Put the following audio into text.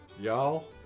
Y'all